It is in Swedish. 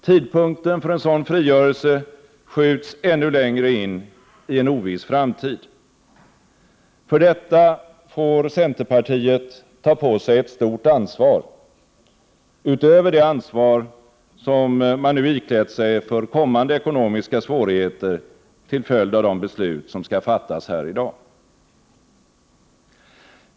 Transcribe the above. Tidpunkten för en sådan frigörelse skjuts ännu längre in i en oviss framtid. För detta får centerpartiet ta på sig ett stort ansvar utöver det ansvar som det nu iklätt sig för kommande ekonomiska svårigheter till följd av de beslut som skall fattas här i dag.